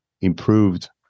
improved